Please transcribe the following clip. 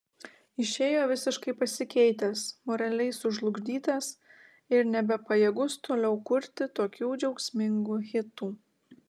išėjo visiškai pasikeitęs moraliai sužlugdytas ir nebepajėgus toliau kurti tokių džiaugsmingų hitų